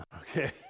okay